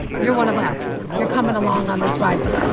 you're one of us. you're coming along on this ride